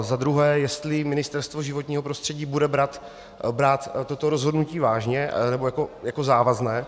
Za druhé, jestli Ministerstvo životního prostředí bude brát toto rozhodnutí vážně, jako závazné.